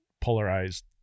polarized